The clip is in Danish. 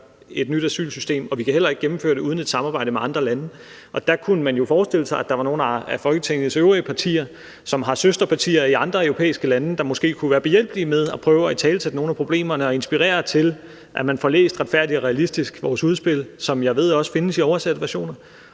et nyt asylsystem. Vi kan heller ikke gennemføre det uden et samarbejde med andre lande, og der kunne man jo forestille sig der var nogle af Folketingets øvrige partier, som har søsterpartier i andre europæiske lande, der måske kunne være behjælpelige med at prøve at italesætte nogle af problemerne og inspirere til, at man får læst »Retfærdig og realistisk«, vores udspil, som jeg ved også findes i oversatte versioner,